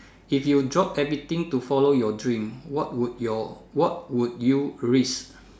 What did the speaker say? if you drop everything to follow your dream what would your what would you risk